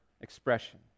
expression